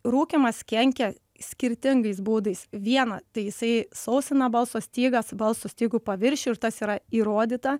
rūkymas kenkia skirtingais būdais viena tai jisai sausina balso stygas balso stygų paviršių ir tas yra įrodyta